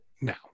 now